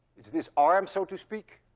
is this arm, so to speak,